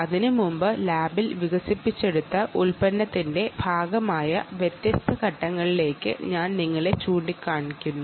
അതിനുമുമ്പായി ലാബിൽ വികസിപ്പിച്ചെടുത്ത ഉൽപ്പന്നത്തിന്റെ ഘടകങ്ങളിലേക്ക് ഞാൻ നിങ്ങളെ കൊണ്ടുപോകാം